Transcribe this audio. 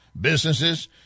businesses